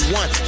one